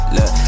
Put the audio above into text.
Look